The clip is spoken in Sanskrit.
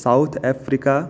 south Africa